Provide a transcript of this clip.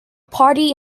party